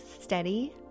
steady